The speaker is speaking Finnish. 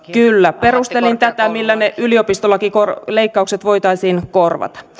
kyllä perustelin tätä millä ne yliopistolakileikkaukset voitaisiin korvata